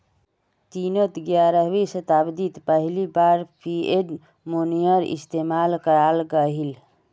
चिनोत ग्यारहवीं शाताब्दित पहली बार फ़िएट मोनेय्र इस्तेमाल कराल गहिल